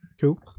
Cool